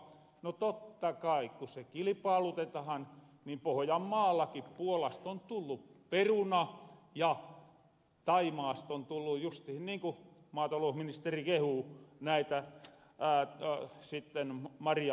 no totta kai ku se kilpaalutetahan pohjanmaallaki puolast on tullu peruna ja thaimaast on tullu justihin niinku maatalousministeri kehu tätä marjapuolta